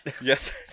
Yes